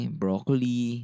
broccoli